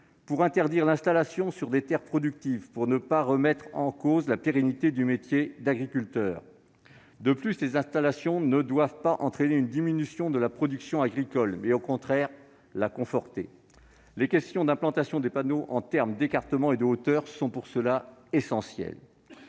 pour interdire l'installation sur des terres productives, pour ne pas remettre en cause la pérennité du métier d'agriculteur. De plus, les installations ne doivent pas entraîner une diminution de la production agricole, elles doivent au contraire la conforter. La question de l'implantation des panneaux- écartement et hauteur -est à cet égard essentielle.